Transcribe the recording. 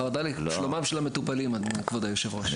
חרדה לשלומם של המטופלים, כבוד היושב-ראש.